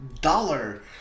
dollar